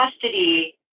custody